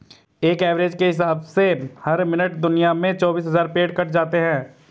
एक एवरेज के हिसाब से हर मिनट दुनिया में चौबीस हज़ार पेड़ कट जाते हैं